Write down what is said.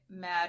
mad